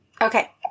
Okay